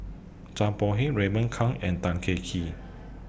Zhang Bohe Raymond Kang and Tan Kah Kee